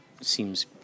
seems